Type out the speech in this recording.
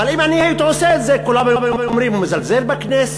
אבל אם אני הייתי עושה את זה כולם היו אומרים: הוא מזלזל בכנסת,